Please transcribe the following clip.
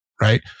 right